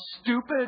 stupid